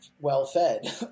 well-fed